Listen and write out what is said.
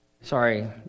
Sorry